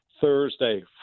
Thursday